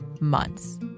months